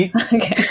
Okay